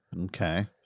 Okay